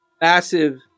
Massive